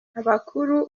abakuru